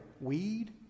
weed